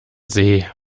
see